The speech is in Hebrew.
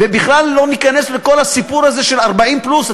ובכלל לא ניכנס לכל הסיפור הזה של 40 פלוס.